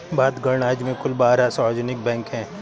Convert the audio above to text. भारत गणराज्य में कुल बारह सार्वजनिक बैंक हैं